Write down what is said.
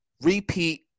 repeat